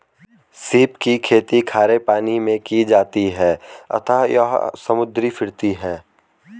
सीप की खेती खारे पानी मैं की जाती है अतः यह समुद्री फिरती है